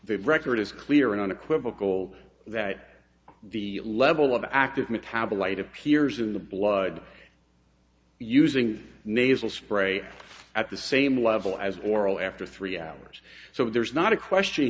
that record is clear and unequivocal that the level of active metabolite appears in the blood using nasal spray at the same level as oral after three hours so there is not a question